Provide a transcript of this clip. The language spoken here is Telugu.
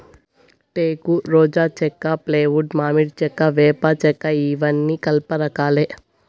టేకు, రోజా చెక్క, ఫ్లైవుడ్, మామిడి చెక్క, వేప చెక్కఇవన్నీ కలప రకాలే